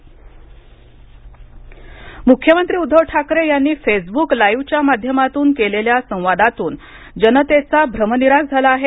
दरेकर मुख्यमंत्री उध्दव ठाकरे यांनी फेसबुक लाईव्हच्या माध्यमातून केलेल्या संवादातून जनतेचा भ्रमनिरास झाला आहे